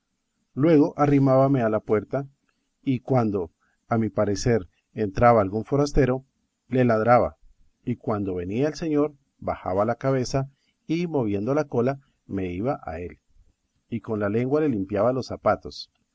luego arrimábame a la puerta y cuando a mi parecer entraba algún forastero le ladraba y cuando venía el señor bajaba la cabeza y moviendo la cola me iba a él y con la lengua le limpiaba los zapatos